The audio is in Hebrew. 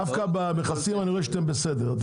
דווקא במכסים אני רואה שאתם בסדר,